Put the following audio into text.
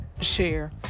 share